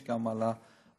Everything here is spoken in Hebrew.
יש גם על אוכל,